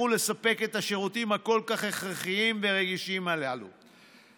ולספק את השירותים הכל-כך הכרחיים ורגישים הללו.